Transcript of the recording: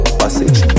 passage